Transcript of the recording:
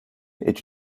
est